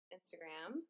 Instagram